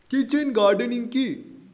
Kitchen gardening কি?